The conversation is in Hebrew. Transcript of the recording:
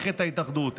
את ההתאחדות,